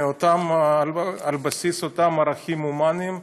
על בסיס אותם ערכים הומניים,